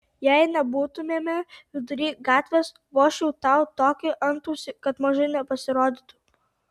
jei nebūtumėme vidury gatvės vožčiau tau tokį antausį kad mažai nepasirodytų